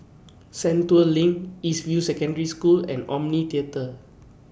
Sentul LINK East View Secondary School and Omni Theatre